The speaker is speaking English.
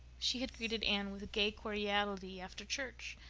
she had greeted anne with gay cordiality after church,